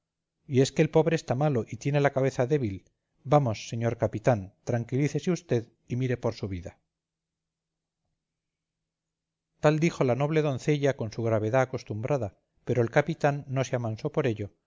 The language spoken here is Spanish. y es que el pobre está malo y tiene la cabeza débil vamos señor capitán tranquilízese usted y mire por su vida tal dijo la noble doncella con su gravedad acostumbrada pero el capitán no se amansó por ello